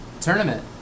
tournament